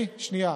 שנייה.